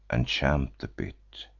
and champ the bit,